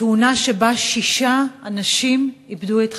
תאונה שבה שישה אנשים איבדו את חייהם.